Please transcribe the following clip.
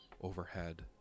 overhead